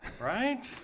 Right